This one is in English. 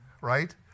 right